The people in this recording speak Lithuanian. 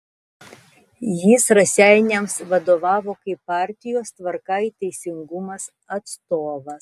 jis raseiniams vadovavo kaip partijos tvarka ir teisingumas atstovas